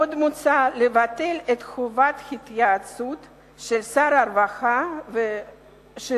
עוד מוצע לבטל את חובת ההתייעצות של שר הרווחה והשירותים